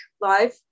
live